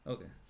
Okay